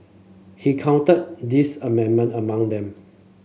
he counted this amendment among them